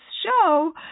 show